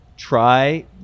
Try